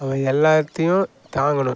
அவன் எல்லாத்தையும் தாங்கணும்